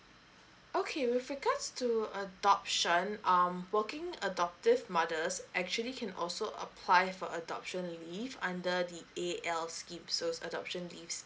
okay with regards to adoption um working adoptive mothers actually can also apply for adoption leave under the A_L scheme adoption leave scheme